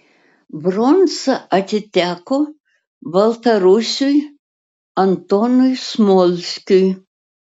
bronza atiteko baltarusiui antonui smolskiui